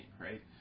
right